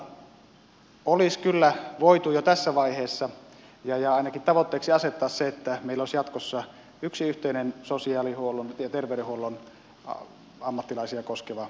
toisaalta olisi kyllä voitu jo tässä vaiheessa ainakin tavoitteeksi asettaa se että meillä olisi jatkossa yksi yhteinen sosiaalihuollon ja terveydenhuollon ammattilaisia koskeva lainsäädäntö